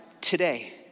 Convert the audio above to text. today